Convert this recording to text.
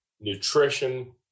nutrition